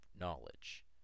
knowledge